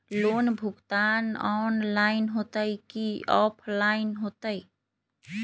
Loan भुगतान online होतई कि ऑफलाइन होतई?